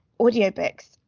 audiobooks